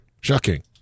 Shocking